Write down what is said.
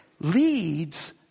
leads